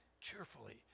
cheerfully